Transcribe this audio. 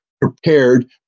prepared